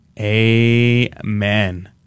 Amen